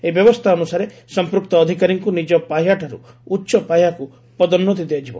ଏହି ବ୍ୟବସ୍କା ଅନୁସାରେ ସମ୍ମକ୍ତ ଅଧିକାରୀଙ୍କୁ ନିଜ ପାହ୍ୟାଠାରୁ ଉଚ ପାହ୍ୟାକୁ ପଦୋନ୍ଦତି ଦିଆଯିବ